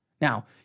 Now